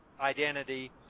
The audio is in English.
identity